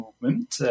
movement